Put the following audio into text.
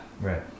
Right